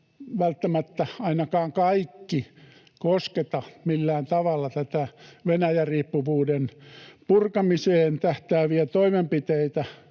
välttämättä ainakaan kaikki kosketa millään tavalla Venäjä-riippuvuuden purkamiseen tähtääviä toimenpiteitä,